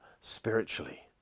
spiritually